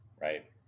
right